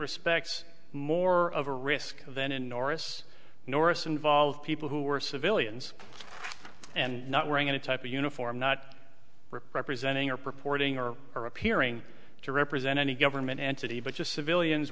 respects more of a risk then in norris norris involve people who were civilians and not wearing any type of uniform not representing or purporting or or appearing to represent any government entity but just civilians